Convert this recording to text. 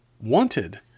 wanted